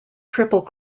triple